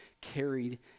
carried